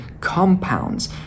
compounds